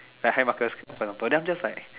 like hi Marcus for example then I'm just like